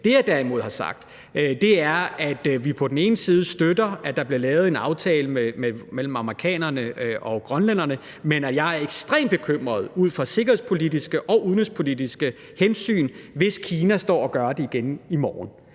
Det, jeg derimod har sagt, er, at vi på den ene side støtter, at der bliver lavet en aftale mellem amerikanerne og grønlænderne, men at jeg er ekstremt bekymret ud fra sikkerhedspolitiske og udenrigspolitiske hensyn, hvis Kina står og gør det igen i morgen,